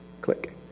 Click